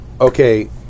okay